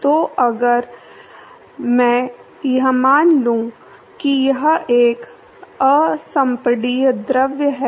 तो अब अगर मैं यह मान लूं कि यह एक असंपीड्य द्रव है